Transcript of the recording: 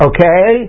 Okay